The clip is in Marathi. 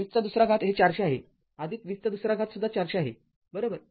तर २० २ हे ४०० आहे २० २ सुद्धा ४०० आहे बरोबर